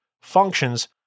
functions